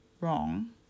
wrong